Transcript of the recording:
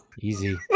Easy